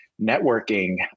networking